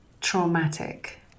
traumatic